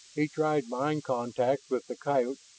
he tried mind contact with the coyote,